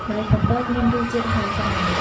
ម្រេចកំពតមានរសជាតិហិរស្រាល។